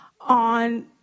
on